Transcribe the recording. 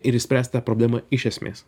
ir išspręst tą problemą iš esmės